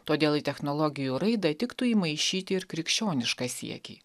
todėl į technologijų raidą tiktų įmaišyti ir krikščionišką siekį